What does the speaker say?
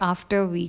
after we